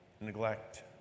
neglect